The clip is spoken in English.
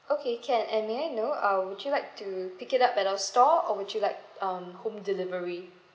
okay can and may I know uh would you like to pick it up at our store or would you like um home delivery